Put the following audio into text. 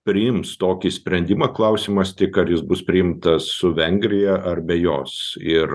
priims tokį sprendimą klausimas tik ar jis bus priimtas su vengrija ar be jos ir